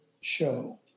show